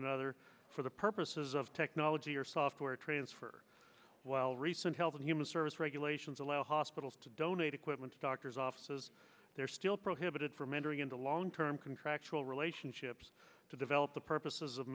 another for the purposes of technology or software transfer while recent health and human service regulations allow hospitals to donate equipment to doctors offices they're still prohibited from entering into long term contractual relationships to develop the purposes of